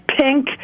pink